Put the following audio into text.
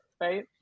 right